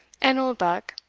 and oldbuck,